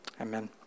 amen